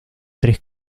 tres